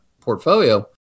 portfolio